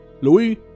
louis